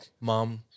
mom